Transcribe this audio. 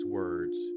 words